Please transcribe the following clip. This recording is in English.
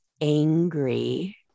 angry